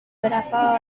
berapa